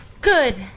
Good